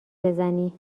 بزنی